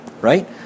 right